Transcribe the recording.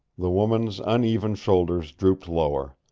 the woman's uneven shoulders drooped lower.